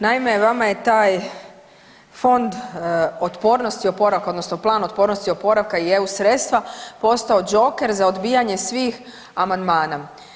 Naime, vama je taj fond otpornosti i oporavka, odnosno plan otpornosti i oporavka i EU sredstva postao joker za odbijanje svih amandmana.